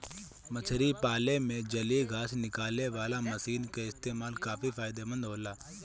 मछरी पाले में जलीय घास निकालेवाला मशीन क इस्तेमाल काफी फायदेमंद होला